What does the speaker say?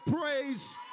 praise